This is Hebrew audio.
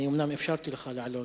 אני אומנם אפשרתי לך לעלות,